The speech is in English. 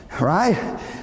Right